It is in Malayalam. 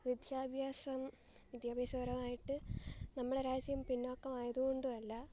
വിദ്യാഭ്യാസം വിദ്യാഭ്യാസപരമായിട്ട് നമ്മുടെ രാജ്യം പിന്നോക്കം ആയതുകൊണ്ട് അല്ല